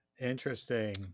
Interesting